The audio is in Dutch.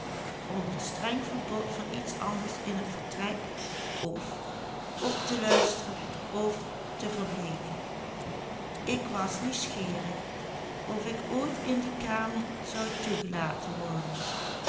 te luisteren f te verbleeken ik was nieuwsgierig of ik ooit in die kamer zou toegelaten worden